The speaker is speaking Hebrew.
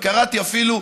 וקראתי אפילו,